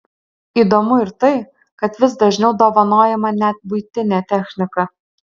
įdomu ir tai kad vis dažniau dovanojama net buitinė technika